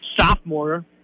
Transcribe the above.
sophomore